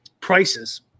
prices